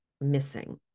missing